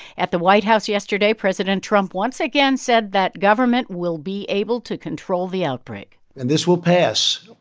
at the white house yesterday, president trump once again said that government will be able to control the outbreak and this will pass.